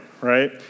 right